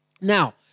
Now